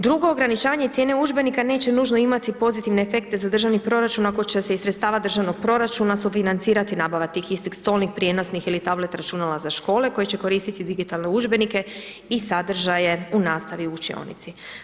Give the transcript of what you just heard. Drugo, ograničavanje cijene udžbenika neće nužno imati pozitivne efekte za državni proračun ako će se iz sredstava državnog proračuna sufinancirati nabava tih istih stolnih, prijenosnih ili tablet računala za škole koje će koristiti digitalne udžbenike i sadržaje u nastavi u učionici.